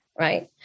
right